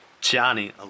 Johnny